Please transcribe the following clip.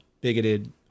bigoted